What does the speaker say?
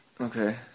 Okay